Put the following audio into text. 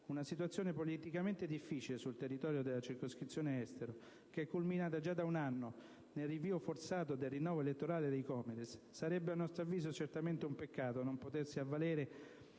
una situazione politicamente difficile sul territorio della circoscrizione Estero, che è culminata già da un anno nel rinvio forzato del rinnovo elettorale dei COMITES, sarebbe a nostro avviso certamente un peccato non potersi avvalere